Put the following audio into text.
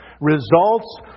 results